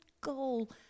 goal